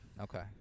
Okay